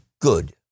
good